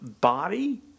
body